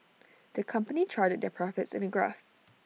the company charted their profits in A graph